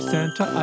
Santa